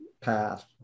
path